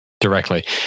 directly